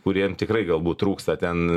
kuriem tikrai galbūt trūksta ten